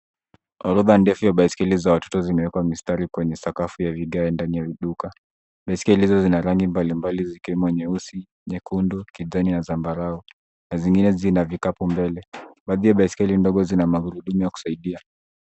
Orodha ndefu ya baiskeli za watoto zimewekwa mistari kwenye sakafu ya vigae ndani ya duka. Baiskeli hizo zina rangi mbalimbali zikiwemo nyeusi, nyekundu, kijani na zambarau na zingine zina vikapu mbele. Baadhi ya baiskeli ndogo zina magurudumu ya kusaidia.